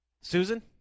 Susan